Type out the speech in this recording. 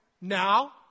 Now